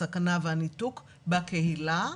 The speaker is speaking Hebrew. הסכנה והניתוק בקהילה.